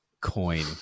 coin